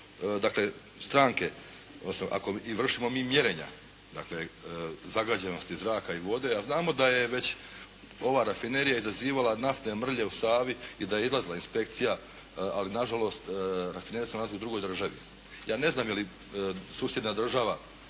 ukoliko stranke i ako vršimo mi mjerenja zagađenosti zraka i vode, a znamo da je već ova rafinerija izazivala naftne mrlje u Savi i da je izlazila inspekcija, ali nažalost rafinerija se nalazi u drugoj državi. Ja ne znam je li susjedna država